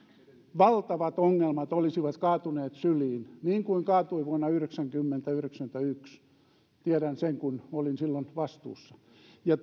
valtavat ongelmat olisivat kaatuneet syliin niin kuin kaatuivat vuonna yhdeksänkymmentä yhdeksännenkymmenennenensimmäisen tiedän sen kun olin silloin vastuussa ja